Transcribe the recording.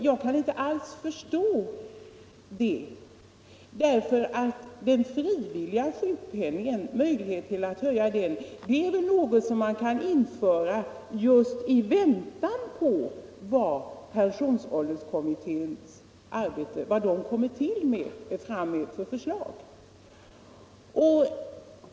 Jag kan inte alls förstå det, eftersom möjligheten att höja den frivilliga sjukpenningen är någonting som kan införas just i avvaktan på vad pensionsålderskommittén kommer fram till.